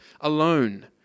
alone